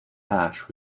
ash